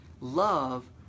Love